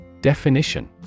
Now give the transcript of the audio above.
Definition